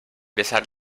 besar